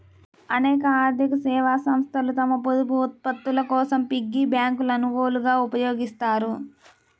అనేక ఆర్థిక సేవా సంస్థలు తమ పొదుపు ఉత్పత్తుల కోసం పిగ్గీ బ్యాంకులను లోగోలుగా ఉపయోగిస్తాయి